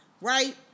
right